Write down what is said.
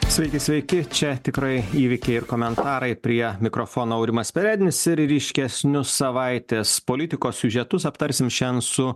sveiki sveiki čia tikrai įvykiai ir komentarai prie mikrofono aurimas perednis ir ryškesnius savaitės politikos siužetus aptarsime šian su